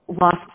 lost